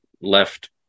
left